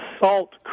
salt